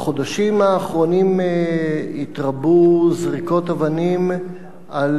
בחודשים האחרונים התרבו זריקות אבנים על